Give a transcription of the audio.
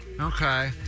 okay